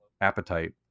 appetite